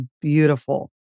beautiful